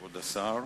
כבוד השר.